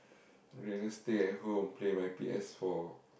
I can just stay at home play my P_S-four